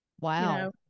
wow